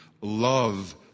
Love